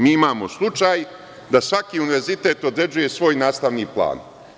Mi imamo slučaj da svaki univerzitet određuje svoj nastavni plan.